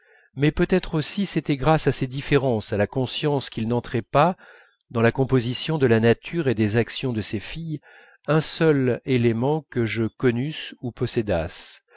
mais peut-être aussi c'était grâce à ces différences à la conscience qu'il n'entrait pas dans la composition de la nature et des actions de ces filles un seul élément que je connusse ou possédasse